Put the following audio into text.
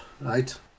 right